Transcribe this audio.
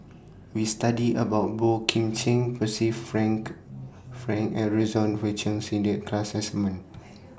We studied about Boey Kim Cheng Perci Frank Fran Aroozoo Wee Chong Jin that class assignment